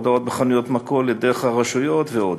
הודעות בחנויות מכולת, דרך הרשויות ועוד.